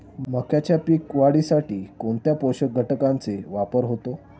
मक्याच्या पीक वाढीसाठी कोणत्या पोषक घटकांचे वापर होतो?